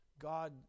God